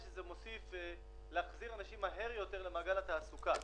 עוזר להחזיר אנשים מהר יותר למעגל התעסוקה.